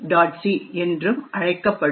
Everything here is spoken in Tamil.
c என்றும் அழைக்கப்படும்